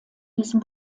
diesem